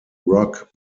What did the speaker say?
rock